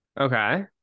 Okay